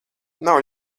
nav